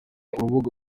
urubuga